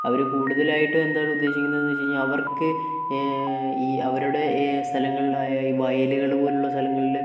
അവർ കൂടുതലായിട്ടും എന്താണ് ഉദ്ദേശിക്കുന്നത് എന്ന് വച്ചു കഴിഞ്ഞാൽ അവർക്ക് ഈ അവരുടെ സ്ഥലങ്ങളിലായ ഈ വയലുകൾ പോലുള്ള സ്ഥലങ്ങളിൽ